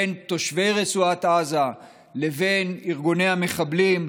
בין תושבי רצועת עזה לבין ארגוני המחבלים,